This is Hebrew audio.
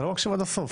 אתה לא מקשיב עד הסוף.